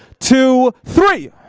two, three.